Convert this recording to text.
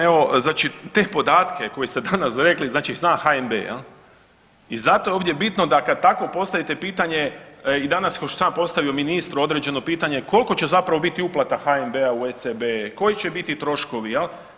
Evo, znači te podatke koje ste danas rekli znači zna HNB jel i zato je ovdje bitno da kad tako postavite pitanje i danas košto sam ja postavio ministru određeno pitanje kolko će zapravo biti uplata HNB-a u ECB, koji će biti troškovi jel.